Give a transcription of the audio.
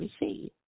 receive